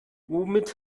womit